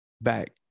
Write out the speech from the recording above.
back